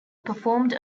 performed